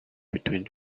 between